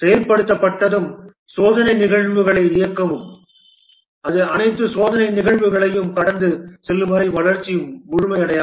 செயல்படுத்தப்பட்டதும் சோதனை நிகழ்வுகளை இயக்கவும் அது அனைத்து சோதனை நிகழ்வுகளையும் கடந்து செல்லும் வரை வளர்ச்சி முழுமையடையாது